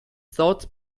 thoughts